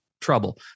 trouble